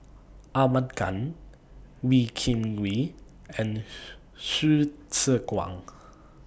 Ahmad Khan Wee Kim Wee and Hsu Tse Kwang